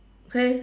okay